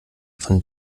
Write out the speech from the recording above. von